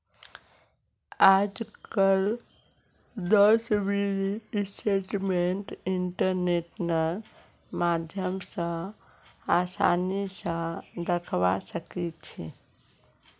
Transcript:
आजकल दस mini statement इन्टरनेटेर माध्यम स आसानी स दखवा सखा छी